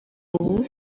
ubu